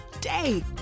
day